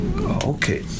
Okay